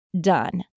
done